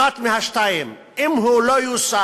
אחת מהשתיים: אם הוא לא ייושם,